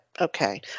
okay